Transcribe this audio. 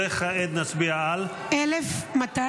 וכעת נצביע על --- 1296.